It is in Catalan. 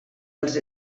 els